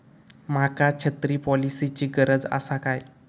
माका छत्री पॉलिसिची गरज आसा काय?